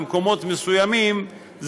במקומות מסוימים,